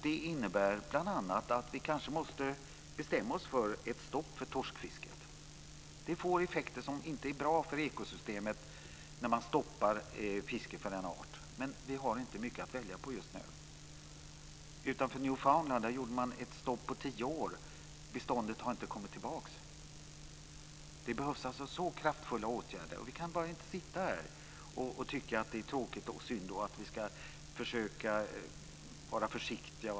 Det innebär bl.a. att vi kanske måste bestämma oss för ett stopp för torskfisket. Det får effekter som inte är bra för ekosystemet när man stoppar fisket av en art. Men vi har inte mycket att välja på just nu. Utanför Newfoundland gjorde man ett stopp på tio år. Beståndet har inte kommit tillbaka. Det behövs alltså så kraftfulla åtgärder. Vi kan inte bara sitta här och tycka att det är tråkigt, synd och att vi ska försöka vara försiktiga.